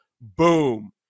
boom